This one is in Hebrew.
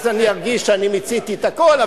אז אני ארגיש שאני מיציתי את הכול,